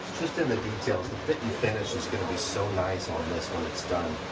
just in the details. the fit and finish is gonna be so nice on this when it's done.